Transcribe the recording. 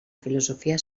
filosofia